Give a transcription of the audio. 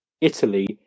italy